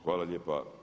Hvala lijepa.